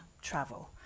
travel